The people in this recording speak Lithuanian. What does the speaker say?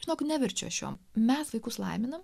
žinok neverčiu aš jo mes vaikus laiminam